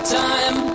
time